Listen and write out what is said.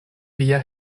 via